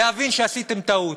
להבין שעשיתם טעות?